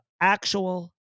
actual